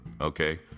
okay